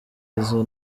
izo